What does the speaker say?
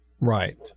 right